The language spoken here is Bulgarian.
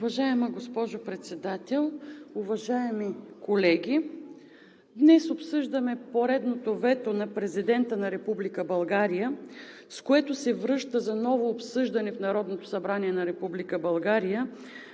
Уважаема госпожо Председател, уважаеми колеги! Днес обсъждаме поредното вето на Президента на Република България, с което се връщат за ново обсъждане в Народното събрание на